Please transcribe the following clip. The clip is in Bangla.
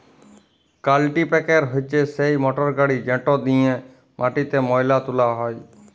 কাল্টিপ্যাকের হছে সেই মটরগড়ি যেট দিঁয়ে মাটিতে ময়লা তুলা হ্যয়